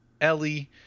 Ellie